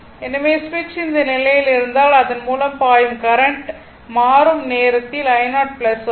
எனவே சுவிட்ச் இந்த நிலையில் இருந்தால் அதன் மூலம் பாயும் கரண்ட் மாறும் நேரத்தில் i0 ஆகும்